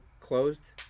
closed